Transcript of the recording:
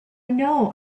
know